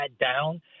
down